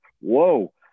Whoa